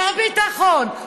שר ביטחון,